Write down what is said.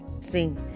sing